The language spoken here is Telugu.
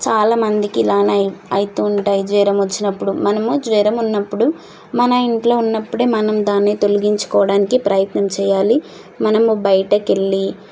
చాలామందికి ఇలానే అవుతుంటాయి జ్వరం వచ్చినప్పుడు మనము జ్వరం ఉన్నప్పుడు మన ఇంట్లో ఉన్నప్పుడే మనం దాన్ని తొలగించుకోవడానికి ప్రయత్నం చేయాలి మనము బయటకు వెళ్ళి